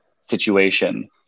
situation